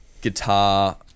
guitar